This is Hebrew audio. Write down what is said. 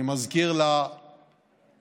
אני מזכיר לפורום